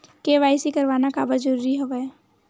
KYC करवाना काबर जरूरी हवय?